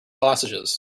hostages